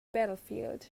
battlefield